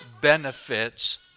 benefits